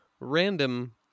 random